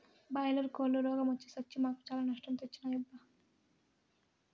boiler కోల్లు రోగ మొచ్చి సచ్చి మాకు చాలా నష్టం తెచ్చినాయబ్బా